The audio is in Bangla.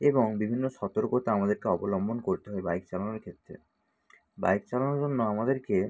এবং বিভিন্ন সতর্কতা আমাদেরকে অবলম্বন করতে হয় বাইক চালানোর ক্ষেত্রে বাইক চালানোর জন্য আমাদেরকে